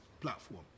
platform